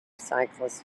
cyclists